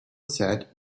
said